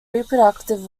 reproductive